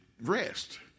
rest